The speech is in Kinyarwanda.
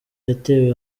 yatewe